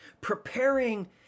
preparing